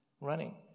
running